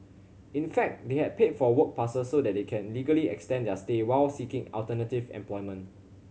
in fact they had paid for work passes so they could legally extend their stay while seeking alternative employment